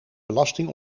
belasting